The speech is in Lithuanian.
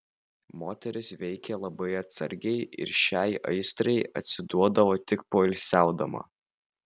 moteris veikė labai atsargiai ir šiai aistrai atsiduodavo tik poilsiaudama